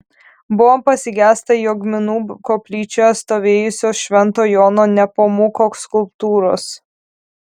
buvo pasigesta jogminų koplyčioje stovėjusios švento jono nepomuko skulptūros